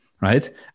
right